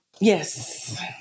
Yes